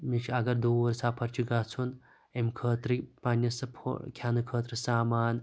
مےٚ چھِ اَگَر دور سَفرَس چھ گَژھُن امہِ خٲطرٕ پَننِس کھیٚنہٕ خٲطرٕ سامان